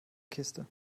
kiste